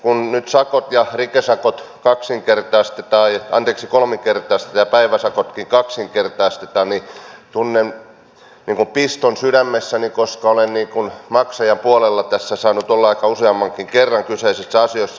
kun nyt sakot ja rikesakot kolminkertaistetaan ja päiväsakotkin kaksinkertaistetaan niin tunnen piston sydämessäni koska olen maksajapuolella tässä saanut olla useammankin kerran kyseisissä asioissa